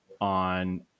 on